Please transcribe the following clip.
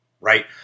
Right